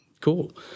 Cool